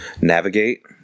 navigate